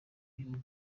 gihugu